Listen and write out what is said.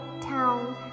town